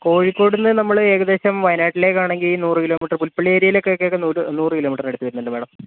കോഴിക്കോടു നിന്ന് നമ്മൾ ഏകദേശം വയനാട്ടിലേക്കാണെങ്കിൽ നൂറ് കിലോമീറ്റർ പുൽപ്പള്ളി ഏരിയയിലേക്കൊക്കെ നൂറ് നൂറ് കിലോമീറ്ററിനടുത്ത് വരുന്നുണ്ട് മാഡം